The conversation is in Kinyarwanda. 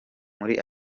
muri